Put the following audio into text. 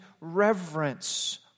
reverence